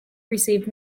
received